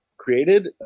created